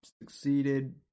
succeeded